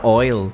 oil